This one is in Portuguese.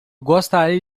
gostaria